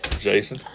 Jason